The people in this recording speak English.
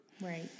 Right